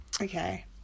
Okay